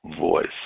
voice